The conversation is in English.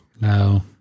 No